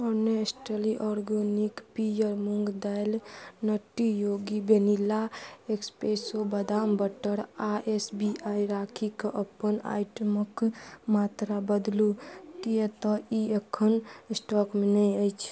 honestly organic pear moong दालि nutty योगी vanilla espresso बदाम बटर आ एस बी आइ राखिके अपन आइटमक मात्रा बदलु किएक तऽ ई एखन स्टॉकमे नै अइछ